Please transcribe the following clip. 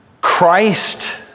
Christ